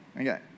Okay